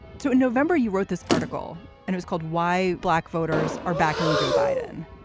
so in november, you wrote this article and was called why black voters are backing joe biden.